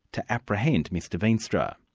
to apprehend mr veenstra.